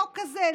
חוק כזה.